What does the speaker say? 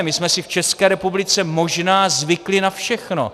My jsme si v České republice možná zvykli na všechno.